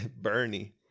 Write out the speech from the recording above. Bernie